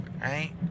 right